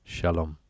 Shalom